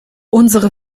unsere